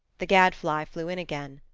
the gadfly flew in again.